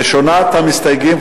ראשונת המסתייגים,